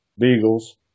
beagles